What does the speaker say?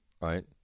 right